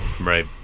right